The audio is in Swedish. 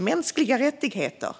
Mänskliga rättigheter